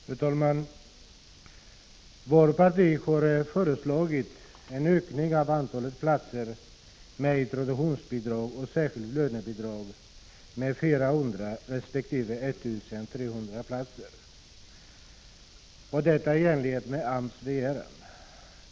Fru talman! Vårt parti har föreslagit en ökning av antalet platser med introduktionsbidrag och särskilt lönebidrag med 400 resp. 1 300, detta i enlighet med AMS begäran.